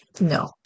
No